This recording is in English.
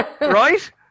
right